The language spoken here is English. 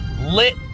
lit